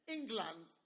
England